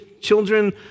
children